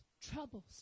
troubles